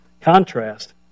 contrast